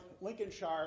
Lincolnshire